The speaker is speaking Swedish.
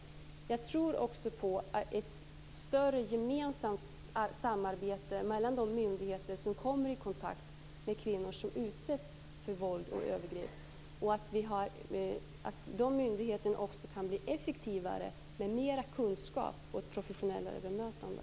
Jag tror också på ett större gemensamt samarbete mellan de myndigheter som kommer i kontakt med kvinnor som utsätts för våld och övergrepp. De myndigheterna kan bli effektivare med mer kunskap och ett professionellare bemötande.